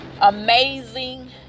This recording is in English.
amazing